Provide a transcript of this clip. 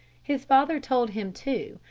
his father told him too,